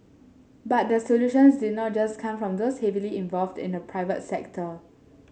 but the solutions did not just come from those heavily involved in the private sector